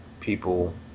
people